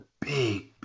big